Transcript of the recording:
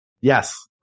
Yes